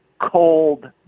cold